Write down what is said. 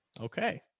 Okay